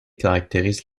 caractérisent